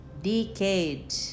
decade